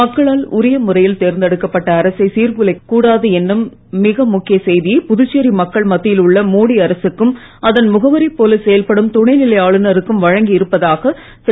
மக்களால் உரிய முறையில் தேர்ந்தெடுக்கப்பட்ட அரசை சீர்குலைக்க கூடாது என்னும் மிக முக்கிய செய்தியை புதுச்சேரி மக்கள் மத்தியில் உள்ள மோடி அரசுக்கும் அதன் முகவரைப் போல செயல்படும் துணைநிலை ஆளுநருக்கும் வழங்கி இருப்பதாக திரு